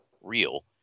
real